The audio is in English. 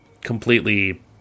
completely